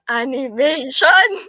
animation